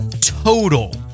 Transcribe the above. total